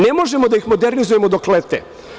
Ne možemo da ih modernizujemo dok lete.